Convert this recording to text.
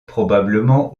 probablement